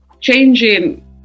changing